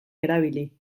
erabili